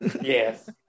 yes